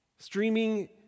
streaming